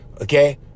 okay